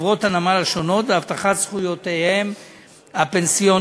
לחברות הנמל השונות והבטחת זכויותיהם הפנסיוניות.